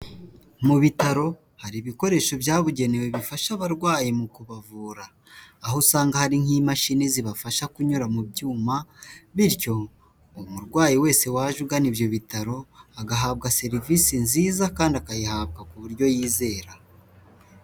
Mu bitaro hari ibikoresho byabugenewe bifasha abarwayi mu kubavura, aho usanga hari nk'imashini zibafasha kunyura mu byuma, bityo umurwayi wese waje ugana ibyo bitaro agahabwa serivisi nziza kandi akayihabwa ku buryo yizera.